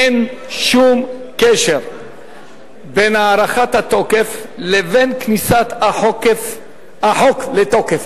אין שום קשר בין הארכת התוקף לבין כניסת החוק לתוקף.